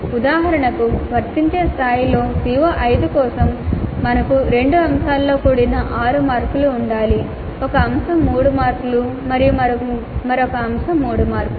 ఉదాహరణకు వర్తించే స్థాయిలో CO5 కోసం మనకు రెండు అంశాలతో కూడిన 6 మార్కులు ఉండాలి ఒక అంశం 3 మార్కులు మరియు మరొక అంశం 3 మార్కులు